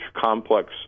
complex